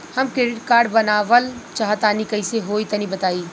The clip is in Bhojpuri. हम क्रेडिट कार्ड बनवावल चाह तनि कइसे होई तनि बताई?